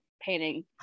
painting